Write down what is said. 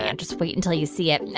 and just wait until you see it. and